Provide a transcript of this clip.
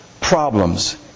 problems